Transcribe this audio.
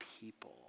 people